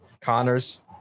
Connors